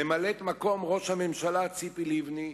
ממלאת-מקום ראש הממשלה ציפי לבני,